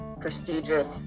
prestigious